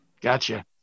gotcha